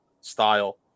style